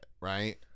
right